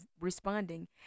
responding